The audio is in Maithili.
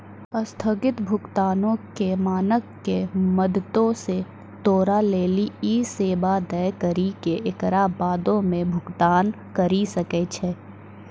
अस्थगित भुगतानो के मानक के मदतो से तोरा लेली इ सेबा दै करि के एकरा बादो मे भुगतान करि सकै छै